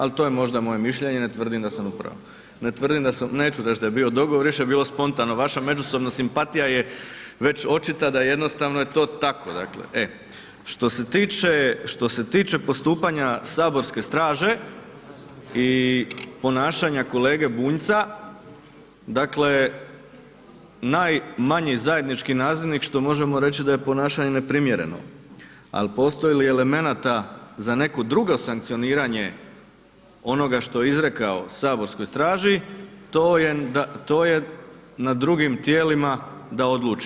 Al to je možda moje mišljenje, ne tvrdim da sam u pravu, neću reći da je bio dogovor, više je bilo spontano, vaša međusobna simpatija je već očita da jednostavno je to tako dakle, e. Što se tiče, što se tiče postupanja saborske straže i ponašanja kolege Bunjca, dakle najmanji zajednički nazivnik što možemo reći da je ponašanje neprimjereno, al postoji li elemenata za neko drugo sankcioniranje onoga što je izrekao saborskoj straži, to je na drugim tijelima da odluči.